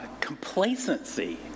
complacency